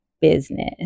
business